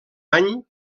any